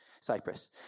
Cyprus